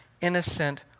innocent